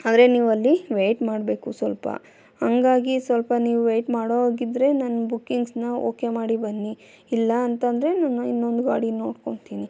ಆದರೆ ನೀವು ಅಲ್ಲಿ ವೇಟ್ ಮಾಡಬೇಕು ಸ್ವಲ್ಪ ಹಾಗಾಗಿ ಸ್ವಲ್ಪ ನೀವು ವೇಟ್ ಮಾಡೋ ಹಾಗೆ ಇದ್ದರೆ ನನ್ನ ಬುಕ್ಕಿಂಗ್ಸ್ನ ಓಕೆ ಮಾಡಿ ಬನ್ನಿ ಇಲ್ಲ ಅಂತ ಅಂದ್ರೆ ನಾನು ಇನ್ನೊಂದು ಗಾಡಿ ನೋಡ್ಕೊಳ್ತೀನಿ